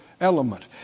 element